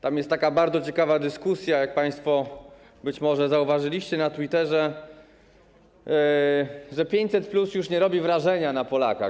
Tam jest taka bardzo ciekawa dyskusja, jak państwo być może zauważyliście, na Twitterze o tym, że 500+ już nie robi wrażenia na Polakach.